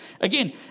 again